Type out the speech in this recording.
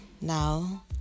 Now